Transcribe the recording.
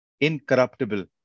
incorruptible